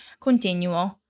continuo